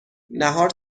نهار